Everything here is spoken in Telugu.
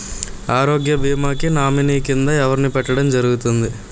ఆరోగ్య భీమా కి నామినీ కిందా ఎవరిని పెట్టడం జరుగతుంది?